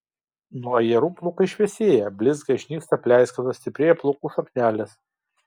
nuo ajerų plaukai šviesėja blizga išnyksta pleiskanos stiprėja plaukų šaknelės